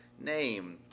name